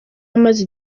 amaze